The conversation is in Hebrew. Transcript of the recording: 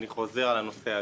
ואני חוזר על הנושא הזה.